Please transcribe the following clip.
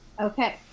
Okay